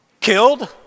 killed